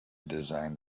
designed